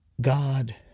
God